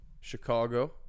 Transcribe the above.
Chicago